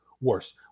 worse